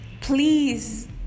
Please